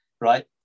right